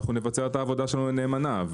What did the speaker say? אנחנו נבצע את העבודה שלנו נאמנה,